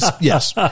Yes